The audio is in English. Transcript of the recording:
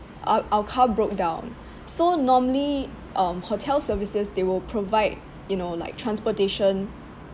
our our car broke down so normally um hotel services they will provide you know like transportation